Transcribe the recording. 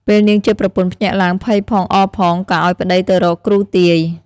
ពេលនាងជាប្រពន្ធភ្ញាក់ឡើងភ័យផងអរផងក៏ឲ្យប្ដីទៅរកគ្រូទាយ ។